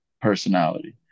personality